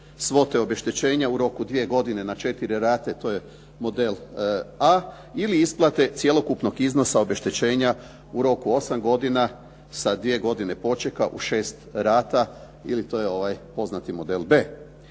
svote obeštećenja u roku od dvije godine na 4 rate, to je model a, ili isplate cjelokupnog iznosa obeštećenja u roku 8 godina sa dvije godine počeka u 6 rada, ili to je ovaj poznati model b.